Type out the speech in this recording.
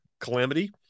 calamity